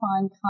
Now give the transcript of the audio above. find